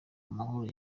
amahoro